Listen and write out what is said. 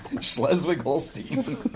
Schleswig-Holstein